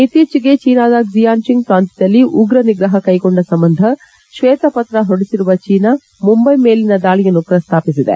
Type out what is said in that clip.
ಇತ್ತೀಚೆಗೆ ಚೀನಾದ ಕ್ಲಿಯಾನ್ಜಿಂಗ್ ಪ್ರಾಂತ್ವದಲ್ಲಿ ಉಗ್ರ ನಿಗ್ರಹ ಕೈಗೊಂಡ ಸಂಬಂಧ ಶ್ವೇತಪತ್ರ ಹೊರಡಿಸಿರುವ ಚೀನಾ ಮುಂಬೈ ಮೇಲಿನ ದಾಳಿಯನ್ನು ಪ್ರಸ್ತಾಪಿಸಿದೆ